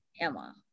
Emma